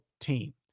team